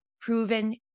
proven